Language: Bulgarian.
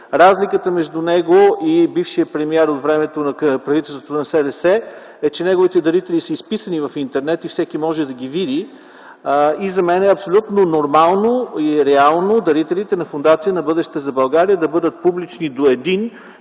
Разликата между него и бившия премиер от времето на правителството на СДС е, че неговите дарители са изписани в интернет и всеки може да ги види. За мен е абсолютно нормално и реално дарителите на Фондация „Бъдеще за България” да бъдат публични до един,